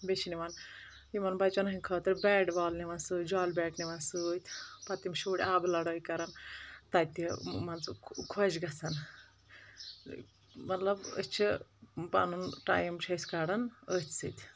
بیٚیہِ چھ نوان یِمَن بچَن ہنٛدۍ خٲطرٕ بیٹ بال نِوان سۭتۍ جال بیٹ نِوان سۭتۍ پتہٕ یِم شرۍ آبہٕ لڑٲے کران تَتہِ مان ژٕ خۄش گژھان مطلب أسۍ چھ پنُن ٹایم چھ أسۍ کڑَان أتھۍ سۭتۍ